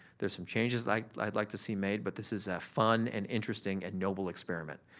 there's some changes like i'd like to see made but this is a fun and interesting and noble experiment.